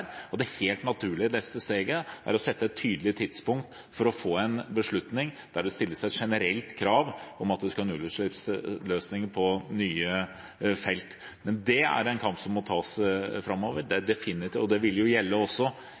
og det helt naturlige neste steget er å sette et tydelig tidspunkt for å få en beslutning der det stilles et generelt krav om at man skal ha nullutslippsløsninger på nye felt. Men det er en kamp som må tas framover. Det vil ikke kunne få effekt akkurat innen 2020. Er det